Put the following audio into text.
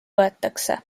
võetakse